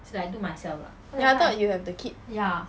ya I thought you have the kit